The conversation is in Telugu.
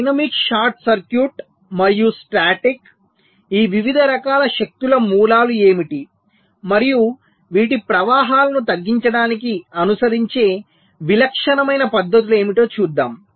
డైనమిక్ షార్ట్ సర్క్యూట్ మరియు స్టాటిక్ ఈ వివిధ రకాల శక్తుల మూలాలు ఏమిటి మరియు వీటి ప్రభావాలను తగ్గించడానికి అనుసరించే విలక్షణమైన పద్ధతులు ఏమిటో చూద్దాం